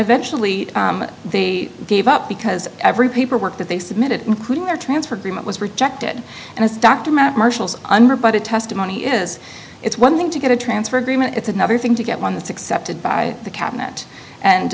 eventually they gave up because every paperwork that they submitted including their transfer agreement was rejected and as dr matt marshall's under budget testimony is it's one thing to get a transfer agreement it's another thing to get one that's accepted by the cabinet and